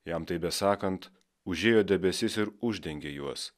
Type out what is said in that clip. jam tai besakant užėjo debesis ir uždengė juos